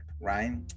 right